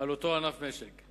על אותו ענף משק.